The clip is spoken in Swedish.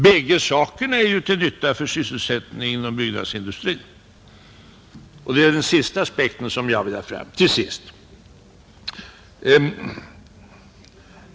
Bägge sakerna är ju till nytta för sysselsättningen inom byggnadsindustrin, och det är den sistnämnda aspekten som jag vill ha fram.